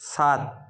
সাত